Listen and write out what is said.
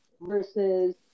versus